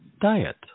diet